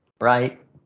right